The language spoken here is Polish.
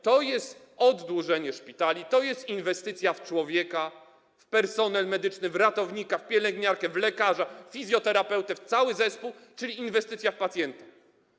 To jest oddłużenie szpitali, to jest inwestycja w człowieka, w personel medyczny, w ratownika, w pielęgniarkę, w lekarza, fizjoterapeutę, w cały zespół, czyli inwestycja w pacjentów.